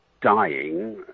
dying